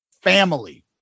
family